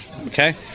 Okay